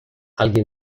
alguien